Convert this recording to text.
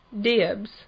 Dibs